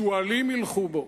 שועלים הילכו בו.